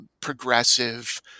progressive